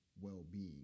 well-being